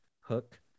hook